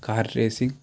car racing